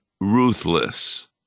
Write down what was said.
ruthless